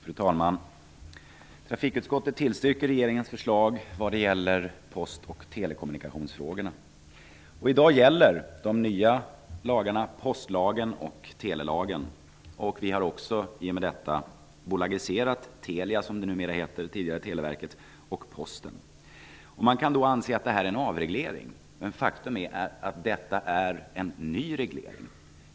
Fru talman! Trafikutskottet tillstyrker regeringens förslag vad gäller post och telekommunikationsfrågorna. I dag gäller de nya lagarna postlagen och telelagen. Vi har också i och med detta bolagiserat Telia, som det numera heter, tidigare Televerket, och Posten. Man kan då anse att detta är en avreglering. Men faktum är att detta är en ny reglering.